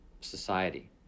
society